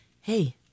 hey